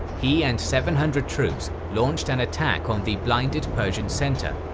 he and seven hundred troops launched an attack on the blinded persian center,